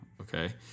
okay